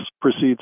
proceeds